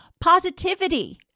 Positivity